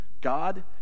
God